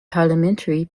parliamentary